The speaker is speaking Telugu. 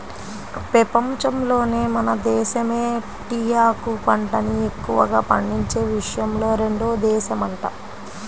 పెపంచంలోనే మన దేశమే టీయాకు పంటని ఎక్కువగా పండించే విషయంలో రెండో దేశమంట